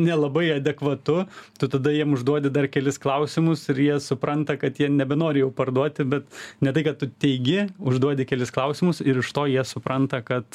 nelabai adekvatu tu tada jiem užduodi dar kelis klausimus ir jie supranta kad jie nebenori jau parduoti bet ne tai kad tu teigi užduodi kelis klausimus ir iš to jie supranta kad